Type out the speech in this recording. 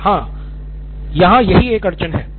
सिद्धार्थ मटूरी हाँ यहाँ यही एक अड़चन है